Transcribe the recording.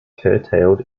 curtailed